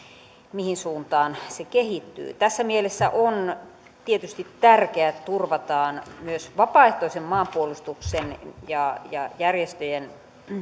mihin suuntaan se kehittyy tässä mielessä on tietysti tärkeää että turvataan myös vapaaehtoisen maanpuolustuksen ja järjestöjen